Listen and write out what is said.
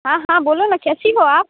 हाँ हाँ बोलो न कैसी हो आप